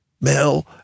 Mel